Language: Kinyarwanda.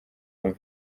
wumva